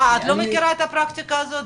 אה את לא מכירה את הפרקטיקה הזאת?